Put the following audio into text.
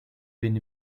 been